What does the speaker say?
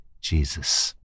Jesus